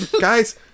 Guys